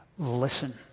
listen